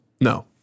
no